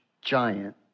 giant